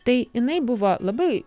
tai jinai buvo labai